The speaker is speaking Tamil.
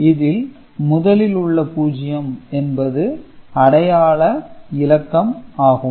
இதில் முதலில் உள்ள பூஜ்யம் என்பது அடையாள இலக்கம் ஆகும்